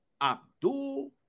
Abdul